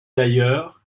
d’ailleurs